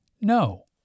no